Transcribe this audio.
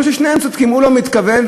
ששניהם צודקים,